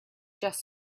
just